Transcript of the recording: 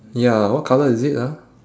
ya what colour is it ah